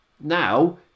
Now